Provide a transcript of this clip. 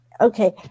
Okay